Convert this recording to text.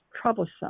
troublesome